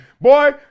Boy